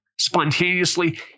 spontaneously